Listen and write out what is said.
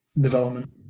development